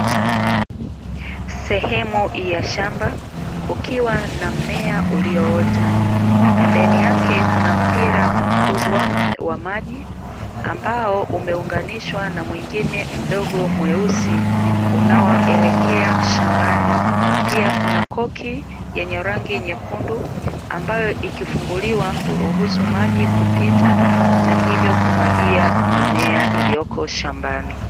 Sehemu ya shamba kukiwa na mmea ulioota. Pembeni yake kuna mpira mkubwa wa maji ambao umeunganishwa na mwengine mdogo mweusi unaoelekea shambani. Pia kuna koki yenye rangi nyekundu ambayo ikifunguliwa huruhusu maji kupita, na hivyo kumwagia mimea iliyoko shambani.